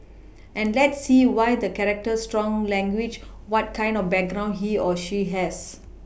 and let's see why the character strong language what kind of background he or she has